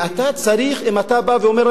אם אתה בא ואומר,